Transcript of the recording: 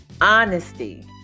Honesty